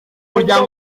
muryango